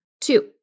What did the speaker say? Two